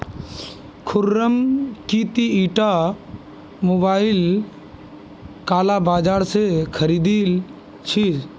खुर्रम की ती ईटा मोबाइल दिल्लीर काला बाजार स खरीदिल छि